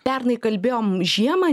pernai kalbėjom žiemą